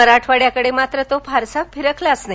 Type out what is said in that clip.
मराठवाङ्याकडे मात्र तो फारसा फिरकलाच नाही